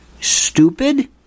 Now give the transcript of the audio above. stupid